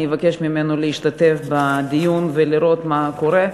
אני אבקש ממנו להשתתף בדיון ולראות מה קורה,